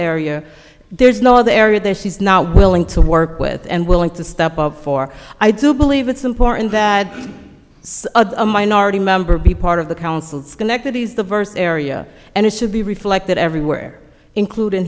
area there is no other area that she's not willing to work with and willing to step up for i do believe it's important that a minority member be part of the council schenectady is the first area and it should be reflected everywhere including